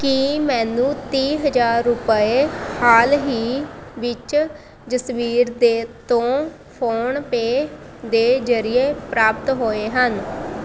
ਕੀ ਮੈਨੂੰ ਤੀਹ ਹਜ਼ਾਰ ਰੁਪਏ ਹਾਲ ਹੀ ਵਿੱਚ ਜਸਬੀਰ ਦੇ ਤੋਂ ਫੋਨਪੇ ਦੇ ਜਰੀਏ ਪ੍ਰਾਪਤ ਹੋਏ ਹਨ